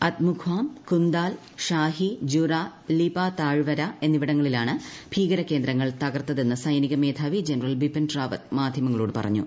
അത്മുഖാം കുന്ദാൽ ഷാഹി ജുറാ ലീപാ താഴ്വര എന്നിവിടങ്ങളിലാണ് ഭീകരകേന്ദ്രങ്ങൾ തകർത്തതെന്ന് സൈനിക മേധാവി ജനറൽ ബിപിൻ റാവത്ത് മാധ്യമങ്ങളോട് പറഞ്ഞു